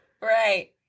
Right